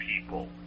people